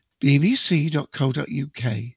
bbc.co.uk